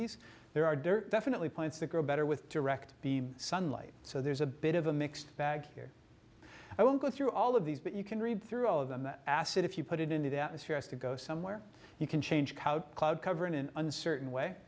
es there are definitely plants that grow better with direct beam sunlight so there's a bit of a mixed bag here i won't go through all of these but you can read through all of them the acid if you put it into the atmosphere has to go somewhere you can change how the cloud cover in an uncertain way